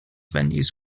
venues